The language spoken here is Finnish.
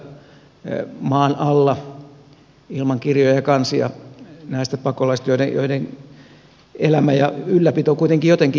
siellähän oli suurin osa näistä pakolaisista maan alla ilman kirjoja ja kansia ja heidän elämänsä ja ylläpitonsa kuitenkin jotenkin järjestettiin